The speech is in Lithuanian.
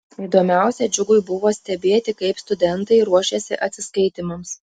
įdomiausia džiugui buvo stebėti kaip studentai ruošiasi atsiskaitymams